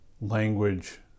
language